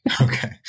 Okay